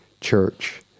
church